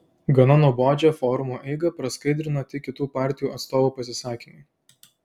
gana nuobodžią forumo eigą praskaidrino tik kitų partijų atstovų pasisakymai